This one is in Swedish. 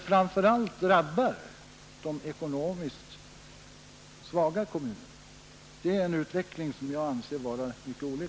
Framför allt drabbas de ekonomiskt svaga kommunerna, och det är en utveckling som jag finner vara mycket olycklig.